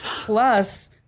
Plus